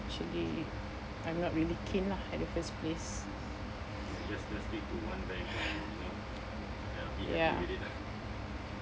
actually I'm not really keen lah at the first place ya